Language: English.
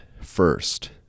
First